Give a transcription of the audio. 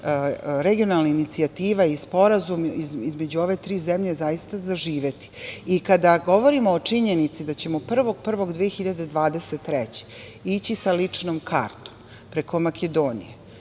regionalna inicijativa i sporazum između ove tri zemlje zaista zaživeti. Kada govorimo o činjenici da ćemo 1. januara 2023. godine ići sa ličnom kartom preko Makedonije